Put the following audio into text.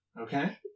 Okay